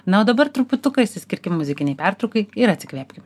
na o dabar truputuką išsiskirkim muzikinei pertraukai ir atsikvėpkim